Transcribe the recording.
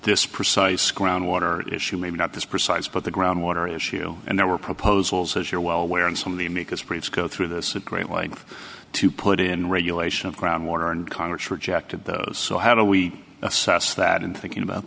this precise groundwater issue maybe not this precise but the groundwater issue and there were proposals as you're well aware and some of the amicus briefs go through this a great way to put in regulation of groundwater and congress rejected those so how do we assess that and thinking about